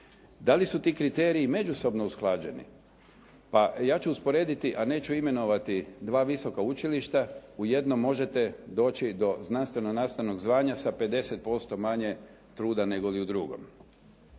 Da li su ti kriteriji međusobno usklađeni? Pa ja ću usporediti, a neću imenovati dva visoka učilišta, u jednom možete doći do znanstveno-nastavnog zvanja sa 50% manje truda nego li u drugom.